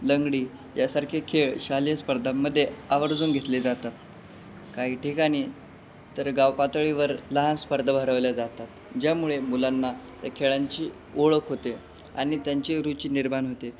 लंगडी यासारखे खेळ शालेय स्पर्धांमध्ये आवर्जून घेतले जातात काही ठिकाणी तर गाव पातळीवर लहान स्पर्धा भरवल्या जातात ज्यामुळे मुलांना त्या खेळांची ओळख होते आणि त्यांची रुची निर्माण होते